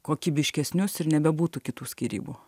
kokybiškesnius ir nebebūtų kitų skyrybų